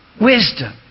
wisdom